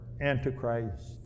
Antichrist